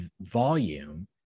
volume